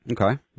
Okay